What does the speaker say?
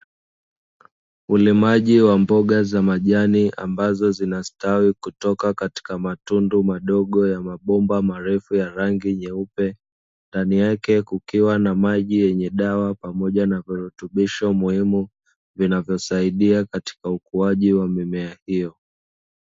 Ulimaji wa mboga za majani ambazo zinastawi kutoka katika matundu madogo ya mabomba marefu ya rangi nyeupe, ndani yake kukiwa na maji yenye dawa pamoja na virutubisho muhimu, vinavyosaidia katika ukuaji wa mimea hiyo.